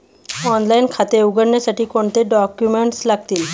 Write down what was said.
Online खाते उघडण्यासाठी कोणते डॉक्युमेंट्स लागतील?